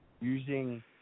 using